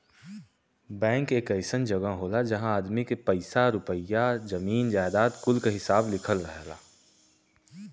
bank एक अइसन जगह होला जहां आदमी के पइसा रुपइया, जमीन जायजाद कुल क हिसाब लिखल रहला